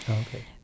Okay